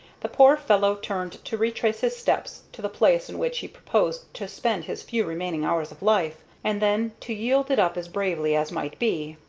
the poor fellow turned to retrace his steps to the place in which he proposed to spend his few remaining hours of life, and then to yield it up as bravely as might be.